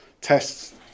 tests